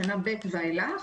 בשנה ב' ואילך,